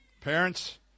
parents